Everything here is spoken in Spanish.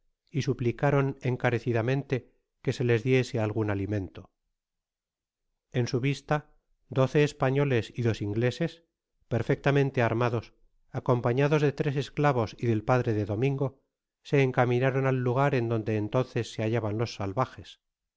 y suplicaron encarecidamente que se ies diese algun alimento en su vista doce españoles y dos ingleses perfectamente armados acompañados de tres esclavos y del padre de domingo se encaminaron al lugar en donde entonces se hallaban los salvajes